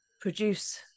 produce